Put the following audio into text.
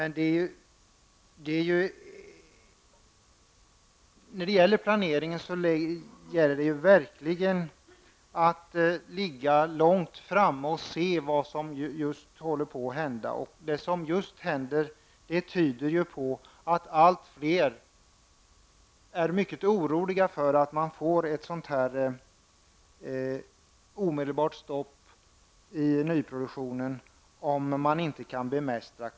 När man planerar gäller det verkligen att ligga långt framme och se vad som just håller på att hända. Det som just händer tyder på att allt fler är mycket oroliga för att man får ett omedelbart stopp i nyproduktionen, om inte kostnaderna kan bemästras.